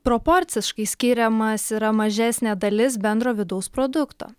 proporciškai skiriamas yra mažesnė dalis bendro vidaus produkto